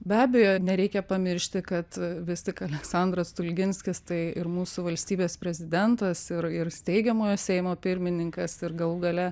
be abejo nereikia pamiršti kad vis tik aleksandras stulginskis tai ir mūsų valstybės prezidentas ir ir steigiamojo seimo pirmininkas ir galų gale